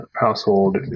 household